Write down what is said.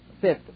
Fifth